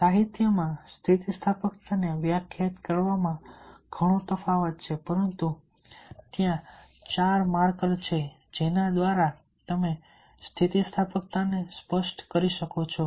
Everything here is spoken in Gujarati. સાહિત્યમાં સ્થિતિસ્થાપકતાને વ્યાખ્યાયિત કરવામાં ઘણો તફાવત છે પરંતુ ત્યાં ચાર માર્કર છે જેના દ્વારા તમે સ્થિતિસ્થાપકતાને સ્પષ્ટ કરી શકો છો